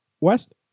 West